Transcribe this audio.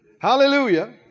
Hallelujah